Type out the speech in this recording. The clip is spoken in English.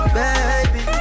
baby